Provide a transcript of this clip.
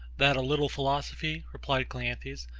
that a little philosophy, replied cleanthes,